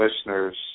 listeners